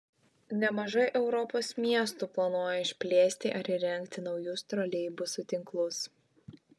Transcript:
nemažai europos miestų planuoja išplėsti ar įrengti naujus troleibusų tinklus